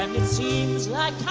and it seems like